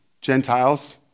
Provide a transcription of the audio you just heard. Gentiles